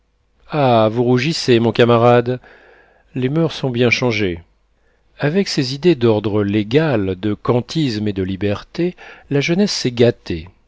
ah vous rougissez mon camarade les moeurs ont bien changé avec ces idées d'ordre légal de kantisme et de liberté la jeunesse s'est gâtée